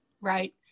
right